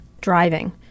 driving